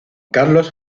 carlos